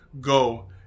Go